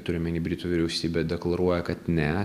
turiu omeny britų vyriausybę deklaruoja kad ne